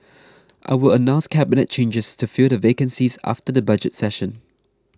I will announce cabinet changes to fill the vacancies after the budget session